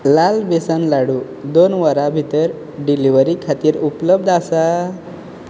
लाल बेसन लाडू दोन वरां भितर डिलिव्हरी खातीर उपलब्ध आसा